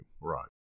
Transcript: Right